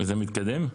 וזה מתקדם?